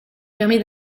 permet